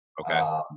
Okay